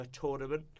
tournament